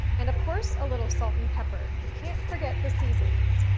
and of course, a little salt and pepper. you can't forget the seasonings.